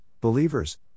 believers